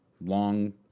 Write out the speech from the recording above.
Long